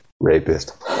rapist